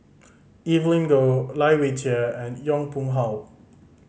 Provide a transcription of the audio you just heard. Evelyn Goh Lai Weijie and Yong Pung How